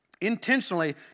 intentionally